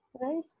Right